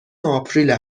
آپریل